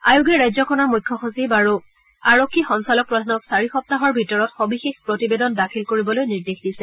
আয়োগে ৰাজ্যখনৰ মুখ্য সচিব আৰু আৰক্ষী সঞ্চালকপ্ৰধানক চাৰি সপ্তাহৰ ভিতৰত সবিশেষ প্ৰতিবেদন দাখিল কৰিবলৈ নিৰ্দেশ দিছে